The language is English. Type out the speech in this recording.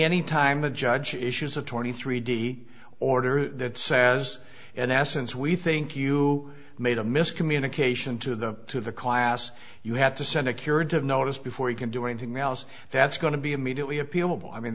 any time a judge issues a twenty three d order that says in essence we think you made a miscommunication to the class you have to send a curative notice before you can do anything else that's going to be immediately appealable i mean